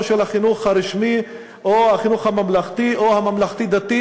של החינוך הרשמי או החינוך הממלכתי או הממלכתי-דתי.